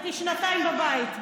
הייתי שנתיים בבית.